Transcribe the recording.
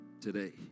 today